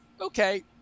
okay